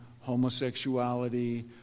homosexuality